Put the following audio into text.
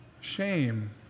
shame